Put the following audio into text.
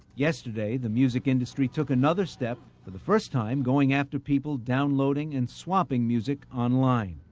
yesterday, the music industry took another step for the first time, going after people downloading and swapping music online.